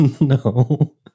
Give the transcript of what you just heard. No